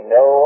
no